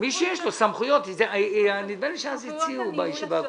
שמישהו ייתן תשובה.